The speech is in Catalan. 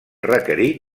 requerir